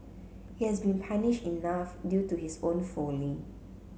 he has been punished enough due to his own folly